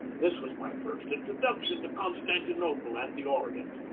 this was my first introduction to constantinople and the orient.